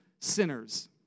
sinners